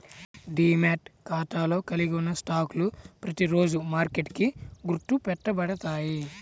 demat ఖాతాలో కలిగి ఉన్న స్టాక్లు ప్రతిరోజూ మార్కెట్కి గుర్తు పెట్టబడతాయి